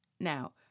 Now